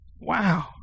Wow